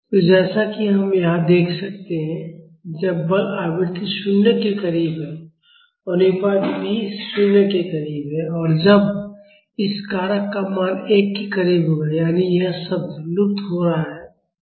तो जैसा कि हम यहाँ देख सकते हैं जब बल आवृत्ति 0 के करीब है अनुपात भी 0 के करीब है और जब इस कारक का मान 1 के करीब होगा यानी यह शब्द लुप्त हो रहा है